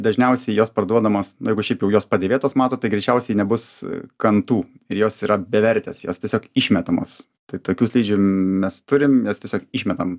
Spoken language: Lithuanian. dažniausiai jos parduodamos nu jeigu šiaip jau jos padėvėtos matot tai greičiausiai nebus kantų ir jos yra bevertės jos tiesiog išmetamos tai tokių slidžių mes turim mes tiesiog išmetam